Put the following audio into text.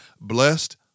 Blessed